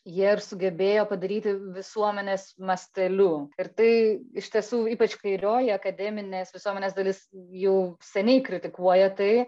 jie ir sugebėjo padaryti visuomenės masteliu ir tai iš tiesų ypač kairioji akademinės visuomenės dalis jau seniai kritikuoja tai